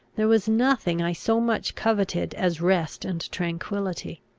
there was nothing i so much coveted as rest and tranquillity.